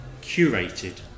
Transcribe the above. curated